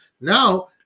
Now